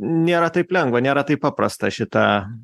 nėra taip lengva nėra taip paprasta šitą